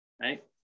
right